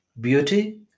beauty